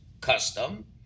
custom